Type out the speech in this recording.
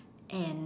and